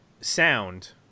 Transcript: sound